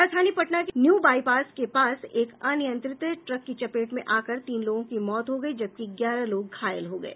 राजधानी पटना के new bypass के पास एक अनियंत्रित ट्रक की चपेट में आकर तीन लोगों की मौत हो गयी जबकि ग्यारह लोग घायल हो गये